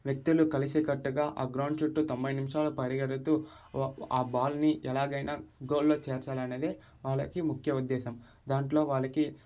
వ్యక్తులు కలిసికట్టుగా ఆ గ్రౌండ్ చుట్టూ తొంభై నిమిషాలు పరుగెడుతూ ఆ బాల్ని ఎలాగైనా గోల్లో చేర్చలానేదే వాళ్ళకి ముఖ్య ఉద్దేశం దాంట్లో వాళ్ళకి